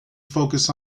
focus